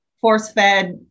force-fed